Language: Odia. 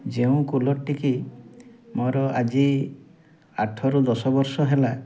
ଯେଉଁ କୁଲର୍ଟିକୁ ମୋର ଆଜି ଆଠରୁ ଦଶ ବର୍ଷ ହେଲା